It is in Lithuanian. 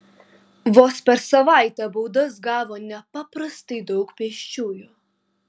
vos per savaitę baudas gavo nepaprastai daug pėsčiųjų